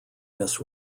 miss